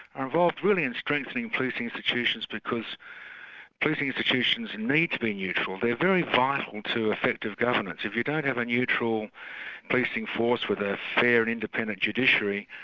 are involved really in strengthening policing institutions because policing institutions need to be neutral they're very vital to effective governments. if you don't have a neutral policing force, with a fair and independent judiciary,